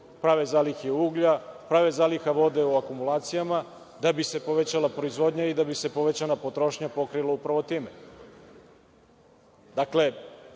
prave zalihe uglja, prave zalihe vode u akumulacijama, da bi se povećala proizvodnja i da bi se povećana potrošnja pokrila upravo